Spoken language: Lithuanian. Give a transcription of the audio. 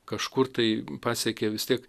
kažkur tai pasiekė vis tiek